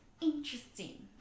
Interesting